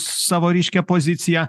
savo ryškią poziciją